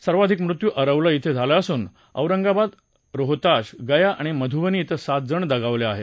सर्वाधिक मृत्यू अरवल इथं झाले असून औरंगाबाद रोहताश गया आणि मधुबनी इथं सात जण दगावले आहेत